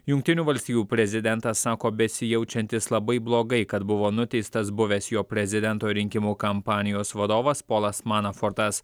jungtinių valstijų prezidentas sako besijaučiantis labai blogai kad buvo nuteistas buvęs jo prezidento rinkimų kampanijos vadovas polas manofortas